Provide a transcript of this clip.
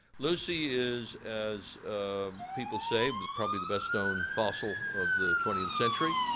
lucy is, as people say, but probably the best known fossil of the twentieth century.